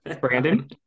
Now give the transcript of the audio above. Brandon